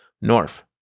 North